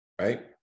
right